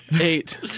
Eight